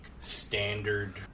standard